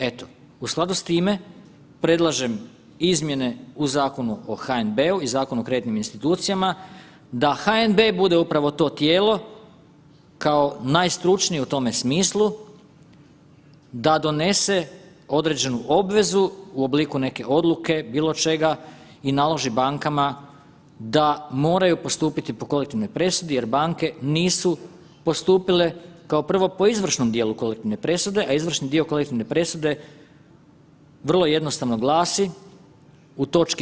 Eto, u skladu s time predlažem izmjene u Zakonu o HNB-u i Zakonu o kreditnim institucijama, da HNB bude upravo to tijelo kao najstručnije u tome smislu da donese određenu obvezu u obliku neke odluke, bilo čega i naloži bankama da moraju postupiti po kolektivnoj presudi jer banke nisu postupile kao prvo po izvršnom dijelu kolektivne presude, a izvršni dio kolektivne presude vrlo jednostavno glasi u toč.